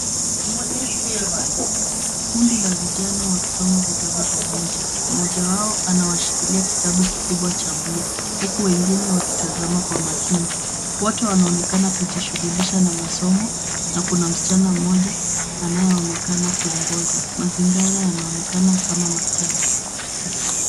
Kundi la vijana wakisoma vitabu pamoja. Mmoja wao anawashikilia kitabu kikubwa cha buluu, huku wengine wakikitazama kwa makini. Wote wanaonekana kujishughulisha na masomo, na kuna msichana mmoja anayeonekana kuwaongoza. Mazingira yanaonekana kama maktaba.